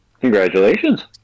Congratulations